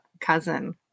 cousin